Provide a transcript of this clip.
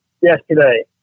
yesterday